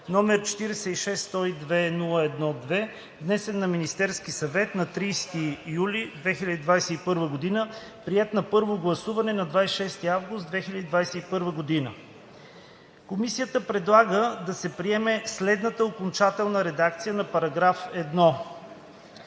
г., № 46-102-01-2, внесен от Министерския съвет на 30 юли 2021 г., приет на първо гласуване на 26 август 2021 г. Комисията предлага да се приеме следната окончателна редакция на § 1: „§ 1.